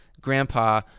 grandpa